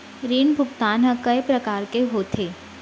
ऋण भुगतान ह कय प्रकार के होथे?